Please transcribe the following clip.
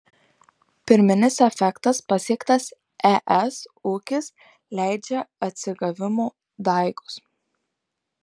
pirminis efektas pasiektas es ūkis leidžia atsigavimo daigus